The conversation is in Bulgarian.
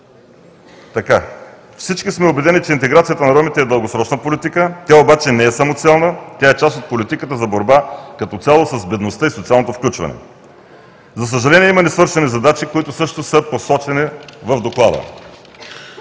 Всички сме убедени, че интеграцията на ромите и дългосрочна политика. Тя обаче не е самоцелна, тя е част от политиката за борба като цяло с бедността и социалното включване. За съжаление, има несвършени задачи, които също са посочени в Доклада.